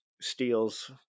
steals